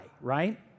right